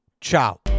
Ciao